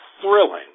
thrilling